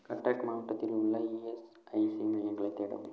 கட்டாக் மாவட்டத்தில் உள்ள இஎஸ்ஐசி மையங்களைத் தேடவும்